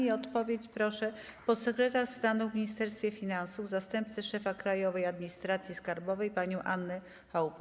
O odpowiedź proszę podsekretarz stanu w Ministerstwie Finansów, zastępcę szefa Krajowej Administracji Skarbowej panią Annę Chałupę.